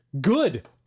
Good